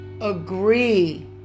agree